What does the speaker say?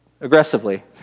aggressively